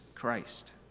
Christ